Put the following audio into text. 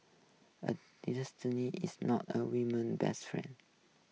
a is not a woman's best friend